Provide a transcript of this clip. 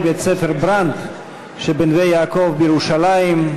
בית-ספר "ברנדט" שבנווה-יעקב בירושלים,